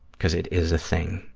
because it is a thing,